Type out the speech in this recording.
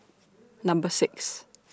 Number six